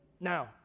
Now